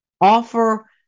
Offer